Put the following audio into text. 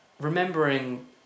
remembering